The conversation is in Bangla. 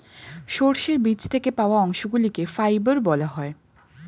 সর্ষের বীজ থেকে পাওয়া অংশগুলিকে ফাইবার বলা হয়